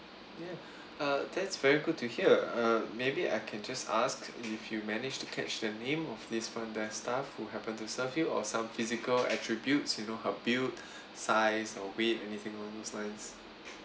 yeah uh that's very good to hear uh maybe I can just asked if you manage to catch the name of this front desk staff who happened to serve you or some physical attributes you know her build size or weight anything